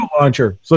launcher